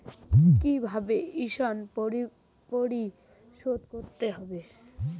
কিভাবে ঋণ পরিশোধ করতে হবে?